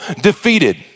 defeated